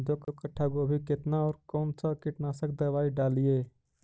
दो कट्ठा गोभी केतना और कौन सा कीटनाशक दवाई डालिए?